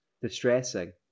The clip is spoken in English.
distressing